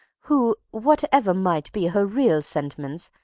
who, whatever might be her real sentiments,